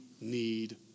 need